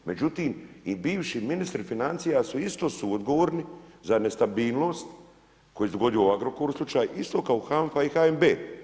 Međutim, i bivši ministri financija su isto suodgovorni za nestabilnost, koji se dogodio u Agrokoru slučaj isto kao HANFA i HNB.